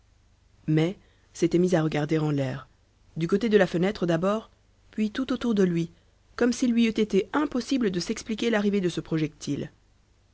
mai s'était mis à regarder en l'air du côté de la fenêtre d'abord puis tout autour de lui comme s'il lui eût été impossible de s'expliquer l'arrivée de ce projectile